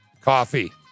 coffee